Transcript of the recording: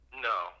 No